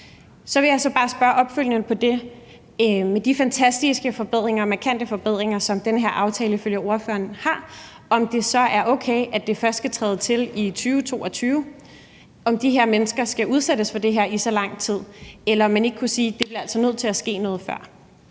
Så vil jeg bare spørge opfølgende på det med de fantastiske forbedringer, markante forbedringer, som den her aftale ifølge ordføreren har: Er det så okay, at det først skal træde i kraft i 2022, altså at de her mennesker skal udsættes for det her i så lang tid, eller om man ikke kunne sige, at det altså bliver nødt til at ske noget før?